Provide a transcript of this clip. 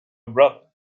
brother